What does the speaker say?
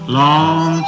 long